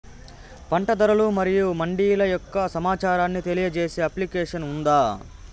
పంట ధరలు మరియు మండీల యొక్క సమాచారాన్ని తెలియజేసే అప్లికేషన్ ఉందా?